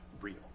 real